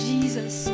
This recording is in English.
Jesus